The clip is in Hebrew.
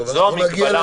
זו המגבלה המהותית.